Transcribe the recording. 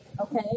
Okay